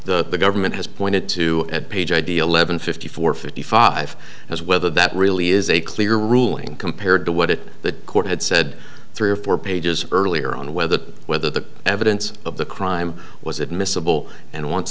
the government has pointed to at page idea levon fifty four fifty five as whether that really is a clear ruling compared to what it the court had said three or four pages earlier on whether whether the evidence of the crime was admissible and